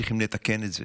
צריכים לתקן את זה.